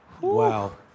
Wow